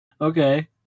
okay